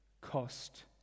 cost